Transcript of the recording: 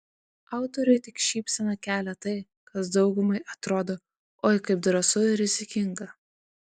autoriui tik šypseną kelia tai kas daugumai atrodo oi kaip drąsu ir rizikinga